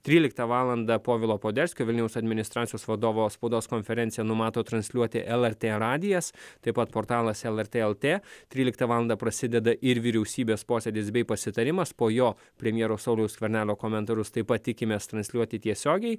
tryliktą valandą povilo poderskio vilniaus administracijos vadovo spaudos konferenciją numato transliuoti lrt radijas taip pat portalas lrt lt tryliktą valandą prasideda ir vyriausybės posėdis bei pasitarimas po jo premjero sauliaus skvernelio komentarus taip pat tikimės transliuoti tiesiogiai